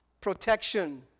protection